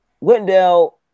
Wendell